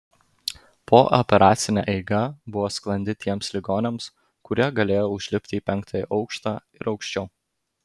pooperacinė eiga buvo sklandi tiems ligoniams kurie galėjo užlipti į penktąjį aukštą ir aukščiau